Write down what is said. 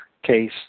case